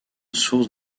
source